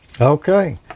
Okay